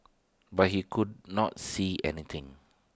but he could not see anything